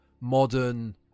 modern